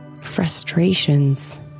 frustrations